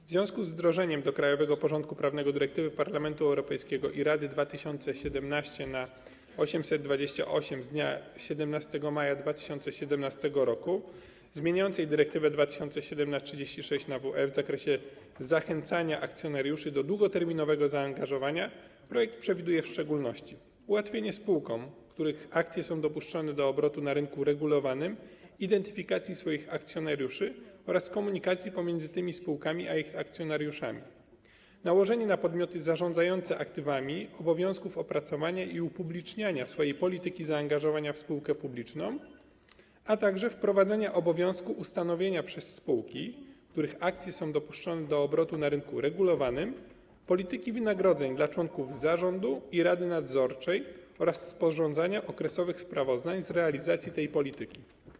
W związku z wdrożeniem do krajowego porządku prawnego dyrektywy Parlamentu Europejskiego i Rady 2017/828 z dnia 17 maja 2017 r. zmieniającej dyrektywę 2007/36/WE w zakresie zachęcania akcjonariuszy do długoterminowego zaangażowania projekt przewiduje w szczególności: ułatwienie spółkom, których akcje są dopuszczone do obrotu na rynku regulowanym, identyfikacji swoich akcjonariuszy oraz komunikacji pomiędzy tymi spółkami a ich akcjonariuszami, nałożenie na podmioty zarządzające aktywami obowiązku opracowania i upubliczniania swojej polityki zaangażowania w spółkę publiczną, a także wprowadzenie obowiązku ustanowienia przez spółki, których akcje są dopuszczone do obrotu na rynku regulowanym, polityki wynagrodzeń dla członków zarządu i rady nadzorczej oraz sporządzania okresowych sprawozdań z realizacji tej polityki.